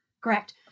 Correct